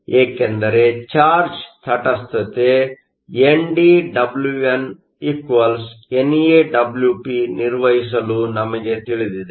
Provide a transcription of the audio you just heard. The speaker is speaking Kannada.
ಏಕೆಂದರೆ ಚಾರ್ಜ್ ತಟಸ್ಥತೆ NDWnNAWp ನಿರ್ವಹಿಸಲು ನಮಗೆ ತಿಳಿದಿದೆ